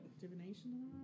divination